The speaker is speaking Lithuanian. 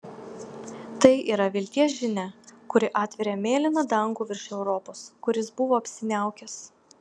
tai yra vilties žinia kuri atveria mėlyną dangų virš europos kuris buvo apsiniaukęs